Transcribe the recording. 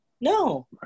no